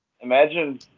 Imagine